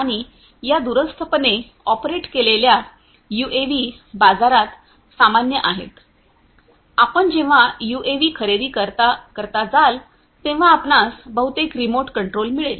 आणि या दूरस्थपणे ऑपरेट केलेल्या यूएव्ही बाजारात सामान्य आहेत आपण जेव्हा यूएव्ही खरेदी करता जाल तेव्हा आपणास बहुतेक रिमोट कंट्रोल मिळेल